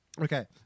Okay